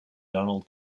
donald